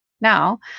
now